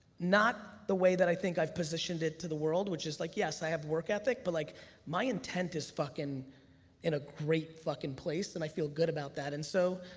not the way that i think i've positioned it to the world, which is, like yes, i have work ethic, but like my intent is in a great fucking place and i feel good about that and so,